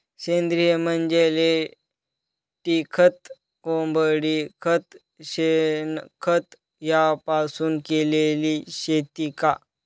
सेंद्रिय म्हणजे लेंडीखत, कोंबडीखत, शेणखत यापासून केलेली शेती का?